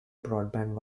broadband